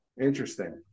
Interesting